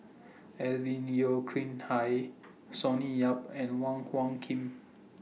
Alvin Yeo Khirn Hai Sonny Yap and Wong Hung Khim